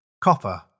Copper